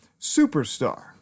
superstar